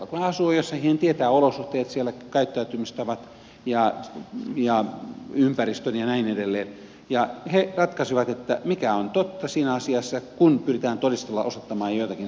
kun he asuvat jossakin he tietävät olosuhteet siellä käyttäytymistavat ympäristön ja näin edelleen ja he ratkaisevat mikä on totta siinä asiassa kun pyritään todistelulla osoittamaan joitakin seikkoja